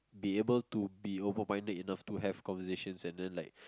be able to open minded enough to have conversation and then like